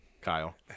Kyle